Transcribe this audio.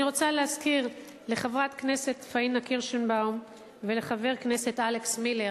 אני רוצה להזכיר לחברת הכנסת פאינה קירשנבאום ולחבר הכנסת אלכס מילר,